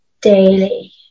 daily